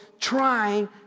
trying